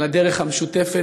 על הדרך המשותפת,